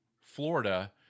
Florida